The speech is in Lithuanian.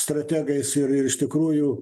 strategais ir ir iš tikrųjų